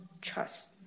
trust